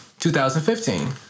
2015